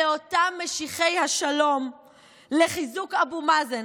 אלה אותם משיחי השלום לחיזוק אבו מאזן.